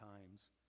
times